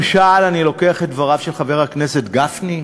למשל אני לוקח את דבריו של חבר הכנסת גפני,